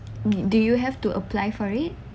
do you have to apply for it